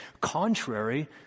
contrary